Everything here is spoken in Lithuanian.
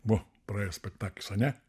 vo praėjo spektaklis ane